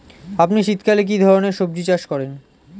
আপনি শীতকালে কী ধরনের সবজী চাষ করেন?